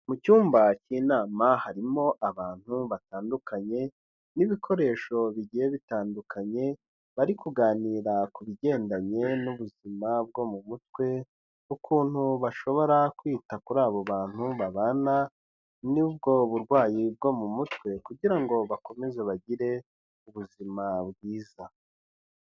Mu cyumba cy'inama harimo abantu batandukanye n'ibikoresho bigiye bitandukanye, bari kuganira ku bigendanye n'ubuzima bwo mu mutwe, ukuntu bashobora kwita kuri abo bantu babana nubwo burwayi bwo mu mutwe kugirango bakomeze bagire ubuzima bwiza.